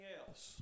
else